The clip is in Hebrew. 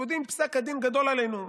בסדר, אתם יודעים, פסק הדין גדול עלינו.